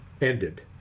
ended